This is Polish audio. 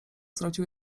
zrodził